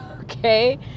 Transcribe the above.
Okay